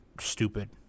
stupid